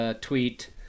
tweet